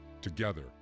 Together